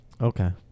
Okay